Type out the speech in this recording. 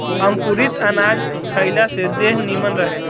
अंकुरित अनाज खइला से देह निमन रहेला